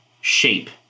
shape